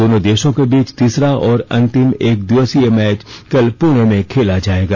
दोनों देशों के बीच तीसरा और अंतिम एक दिवसीय मैच कल पुणे में खेला जाएगा